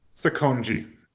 Sakonji